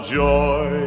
joy